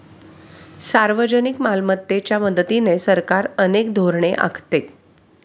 सार्वजनिक मालमत्तेच्या मदतीने सरकार अनेक धोरणे आखते